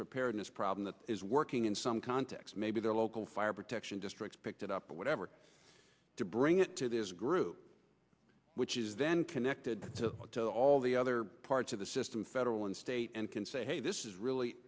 preparedness problem is working in some context maybe their local fire protection district picked it up or whatever to bring it to this group which is then connected to all the other parts of the system federal and state and can say hey this is